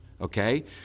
okay